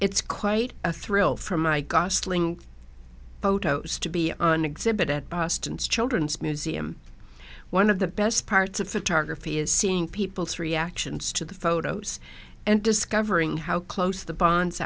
it's quite a thrill for my gosling photos to be on exhibit at boston's children's museum one of the best parts of photography is seeing people's reactions to the photos and discovering how close the bonds